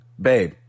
babe